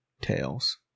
tails